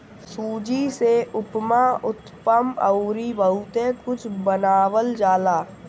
सूजी से उपमा, उत्तपम अउरी बहुते कुछ बनावल जाला